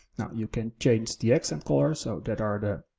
now you can change the accent color, so that are the